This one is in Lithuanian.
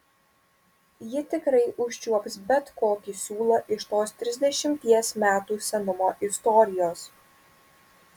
ji tikrai užčiuops bet kokį siūlą iš tos trisdešimties metų senumo istorijos